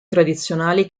tradizionali